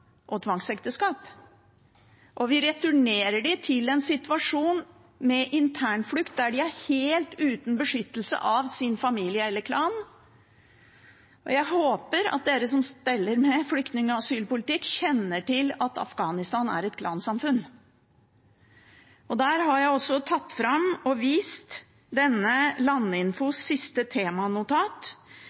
og tvangsekteskap. Vi returnerer dem til en situasjon med internflukt der de er helt uten beskyttelse av sin familie eller klan. Jeg håper at dere som steller med flyktning- og asylpolitikk, kjenner til at Afghanistan er et klansamfunn. Jeg har også tatt fram og vist Landinfos siste temanotat,